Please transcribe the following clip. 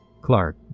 Clark